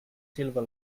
silver